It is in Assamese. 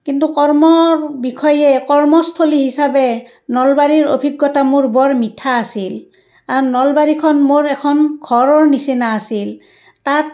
কিন্তু কৰ্ম বিষয়ে কৰ্মস্থলী হিচাপে নলবাৰীৰ অভিজ্ঞতা মোৰ বৰ মিঠা আছিল আৰু নলবাৰীখন মোৰ এখন ঘৰৰ নিচিনা আছিল তাত